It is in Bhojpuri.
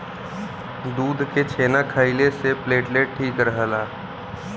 दूध के छेना खइले से प्लेटलेट ठीक रहला